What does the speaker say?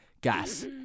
Gas